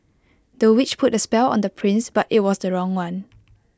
the witch put A spell on the prince but IT was the wrong one